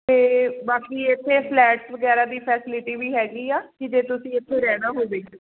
ਅਤੇ ਬਾਕੀ ਇੱਥੇ ਫਲੈਟਸ ਵਗੈਰਾ ਦੀ ਫੈਸਿਲਿਟੀ ਵੀ ਹੈਗੀ ਆ ਕਿ ਜੇ ਤੁਸੀਂ ਇੱਥੇ ਰਹਿਣਾ ਹੋਵੇ